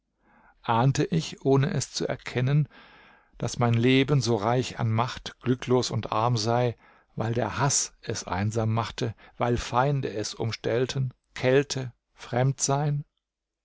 ahnte ich ohne es zu erkennen daß mein leben so reich an macht glücklos und arm sei weil der haß es einsam machte weil feinde es umstellten kälte fremdsein